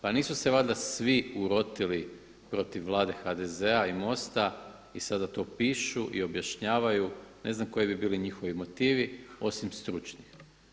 Pa nisu se valjda svi urotili protiv vlade HDZ-a i MOST-a i sada to pišu i objašnjavaju, ne znam koji bi bili njihovi motivi osim stručni.